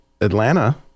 Atlanta